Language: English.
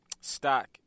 stock